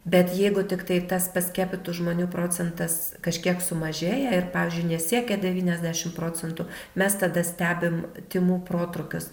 bet jeigu tiktai tas paskiepytų žmonių procentas kažkiek sumažėja ir pavyzdžiui nesiekia devyniasdešimt procentų mes tada stebim tymų protrūkius